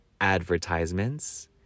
advertisements